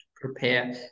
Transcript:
prepare